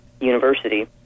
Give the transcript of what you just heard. University